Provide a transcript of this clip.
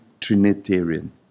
Trinitarian